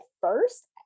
first